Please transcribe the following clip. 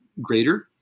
greater